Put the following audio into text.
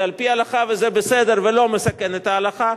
זה על-פי ההלכה וזה בסדר ולא מסכן את ההלכה,